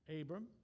Abram